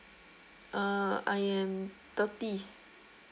uh I am thirty